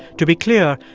to be clear,